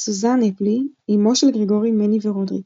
סוזן הפלי - אימו של גרגורי, מני ורודריק